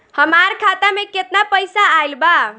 हमार खाता मे केतना पईसा आइल बा?